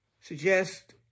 suggest